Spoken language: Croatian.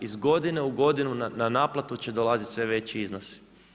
Iz godine u godinu na naplatu će dolaziti sve veći iznosi.